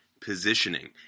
positioning